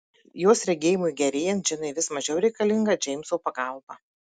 jos regėjimui gerėjant džinai vis mažiau reikalinga džeimso pagalba